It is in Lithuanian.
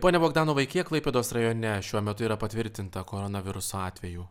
pone bogdanovai kiek klaipėdos rajone šiuo metu yra patvirtinta koronaviruso atvejų